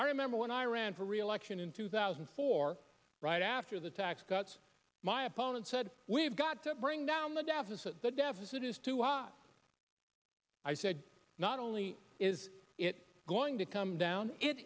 all remember when i ran for reelection in two thousand and four right after the tax cuts my opponent said we've got to bring down the deficit the deficit is too high i said not only is it going to come down it